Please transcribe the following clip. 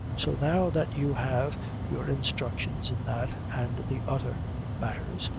so now that you have your instructions in that and the other matthers,